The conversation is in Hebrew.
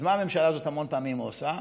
אז מה הממשלה הזאת המון פעמים עושה?